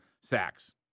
sacks